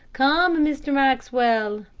come, mr. maxwell.